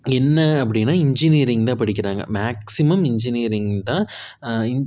என்ன அப்டின்னா இன்ஜினியரிங் தான் படிக்கிறாங்க மேக்ஸிமம் இன்ஜினியரிங் தான்